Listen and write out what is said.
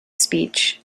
speech